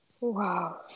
wow